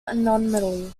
anomaly